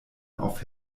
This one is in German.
auf